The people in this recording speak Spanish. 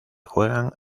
juegan